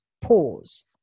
pause